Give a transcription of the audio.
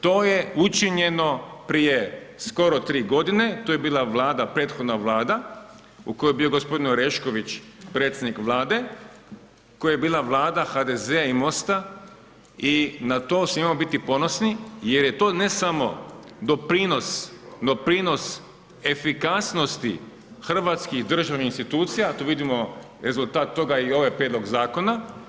To je učinjeno prije skoro 3 g. to je bila vlada, prethodna vlada, u kojoj je bio gospodin Orešković, predsjednik Vlade, koja je bila Vlada HDZ-a i Mosta i na to smijemo biti ponosni, jer je to ne samo doprinos efikasnosti hrvatskih državnih insinuacija, a tu vidimo i rezultat toga i ovaj prijedlog zakona.